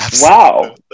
Wow